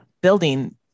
building